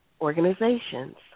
organizations